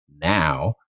Now